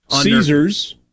Caesars